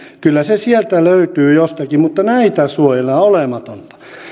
kyllä se sieltä löytyy jostakin näitä suojellaan olematonta